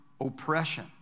oppression